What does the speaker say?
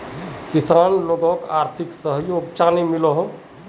किसान लोगोक आर्थिक सहयोग चाँ नी मिलोहो जाहा?